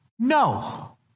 No